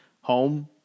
home